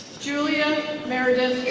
julia meredith